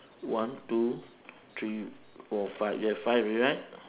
one two three four five yes five already right